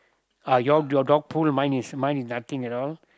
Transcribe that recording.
uh your your dog poo mine is mine is nothing at all